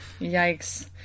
Yikes